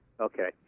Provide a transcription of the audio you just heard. Okay